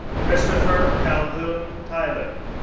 christopher calhoun tyler,